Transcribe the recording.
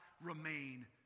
remain